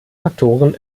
faktoren